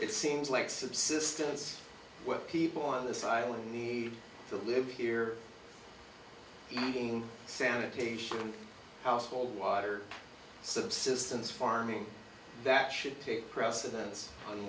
it seems like subsistence people on the silent need to live here eating sanitation household water subsistence farming that should take precedence on